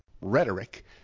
rhetoric